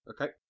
Okay